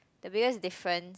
the biggest difference